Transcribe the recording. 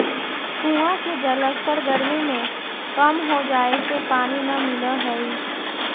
कुआँ के जलस्तर गरमी में कम हो जाए से पानी न मिलऽ हई